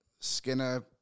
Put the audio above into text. Skinner